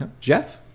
Jeff